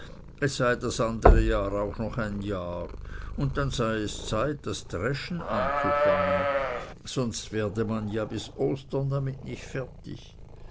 es sei das andere jahr auch noch ein jahr und dann sei es zeit das dreschen anzufangen sonst werde man ja bis ostern damit nicht fertig